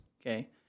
Okay